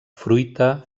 fruita